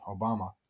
Obama